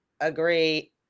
agree